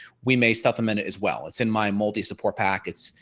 we may supplement it as well it's in my multi support packets.